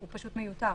פשוט מיותרת.